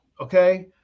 okay